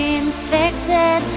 infected